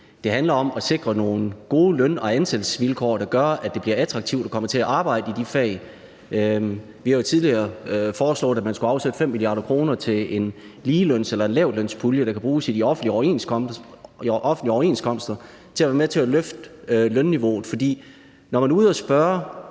Det handler om at sikre nogle gode løn- og ansættelsesvilkår, der gør, at det bliver attraktivt at komme til at arbejde i de fag. Vi har jo tidligere foreslået, at man skulle afsætte 5 mia. kr. til en ligeløns- eller lavtlønspulje, der kan bruges i de offentlige overenskomster, som kan være med til at løfte lønniveauet. For når man er ude og spørge